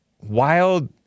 wild